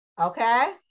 Okay